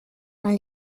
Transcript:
dans